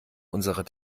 unserer